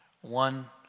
One